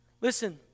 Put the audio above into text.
Listen